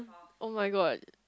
oh-my-God